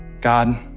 God